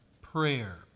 prayer